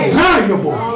valuable